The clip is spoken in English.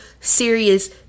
serious